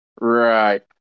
Right